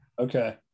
Okay